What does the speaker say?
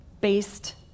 based